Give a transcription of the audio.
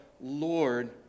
Lord